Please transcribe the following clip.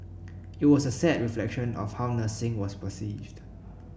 it was a sad reflection of how nursing was perceived